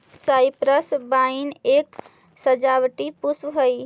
cypress vine एक सजावटी पुष्प हई